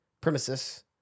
premises